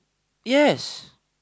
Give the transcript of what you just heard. yes